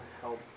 help